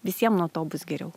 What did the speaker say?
visiem nuo to bus geriau